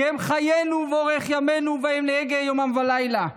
כי הם חיינו ואורך ימינו ובהם נהגה יומם ולילה.